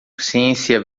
ciência